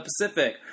Pacific